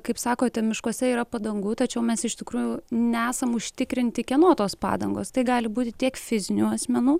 kaip sakote miškuose yra padangų tačiau mes iš tikrųjų nesam užtikrinti kieno tos padangos tai gali būti tiek fizinių asmenų